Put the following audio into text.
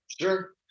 Sure